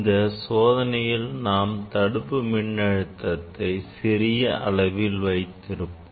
இந்த சோதனையில் நாம் தடுப்பு மின்னழுத்தத்தை சிறு அளவில் வைத்திருப்போம்